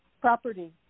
property